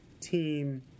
team